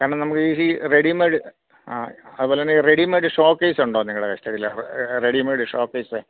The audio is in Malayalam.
കാരണം നമുക്ക് ഈ റെഡിമെയ്ഡ് ആ അതുപോലെത്തന്നെ ഈ റെഡിമെയ്ഡ് ഷോക്കേയ്സ് ഉണ്ടോ നിങ്ങളുടെ കസ്റ്റഡിയിൽ റെഡിമെയ്ഡ് ഷോക്കെയ്സ്